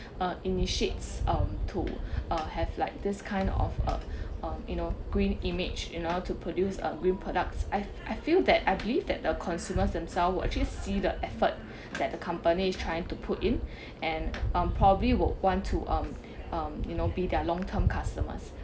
uh initiates um to uh have like this kind of uh uh you know green image in order to produce a green products I I feel that I believe that the consumers themselves will actually see the effort that the company is trying to put in and um probably would want to um um you know be their long term customers